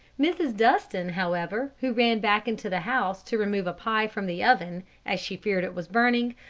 mrs. dustin, however, who ran back into the house to remove a pie from the oven as she feared it was burning,